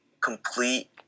complete